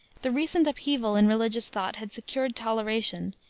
the recent upheaval in religious thought had secured toleration,